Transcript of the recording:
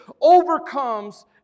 overcomes